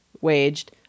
waged